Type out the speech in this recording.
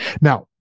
Now